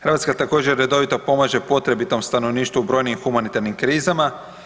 Hrvatska također redovito pomaže potrebitom stanovništvu u brojnim humanitarnim krizama.